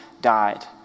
died